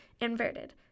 inverted